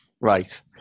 right